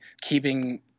keeping